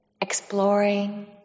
exploring